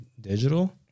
digital